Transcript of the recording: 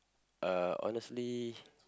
uh honestly